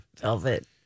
velvet